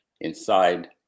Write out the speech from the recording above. inside